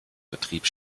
betrieb